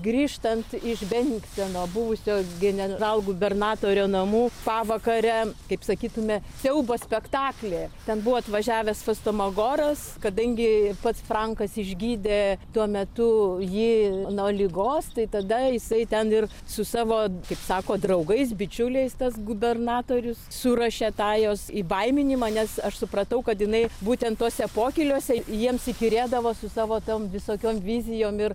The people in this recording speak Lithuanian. grįžtant iš beningseno buvusio generalgubernatorio namų pavakarę kaip sakytume siaubo spektaklį ten buvo atvažiavęs fostemagoras kadangi pats frankas išgydė tuo metu jį nuo ligos tai tada jisai ten ir su savo kaip sako draugais bičiuliais tas gubernatorius suruošė tą jos įbaiminimą nes aš supratau kad jinai būtent tuose pokyliuose jiems įkyrėdavo su savo tom visokiom vizijom ir